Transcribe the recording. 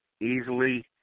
easily